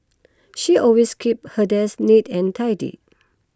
she always keeps her desk neat and tidy